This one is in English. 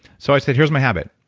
so i said, here's my habit.